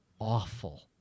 awful